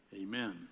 Amen